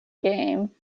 game